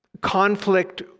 conflict